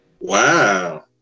Wow